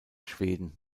schweden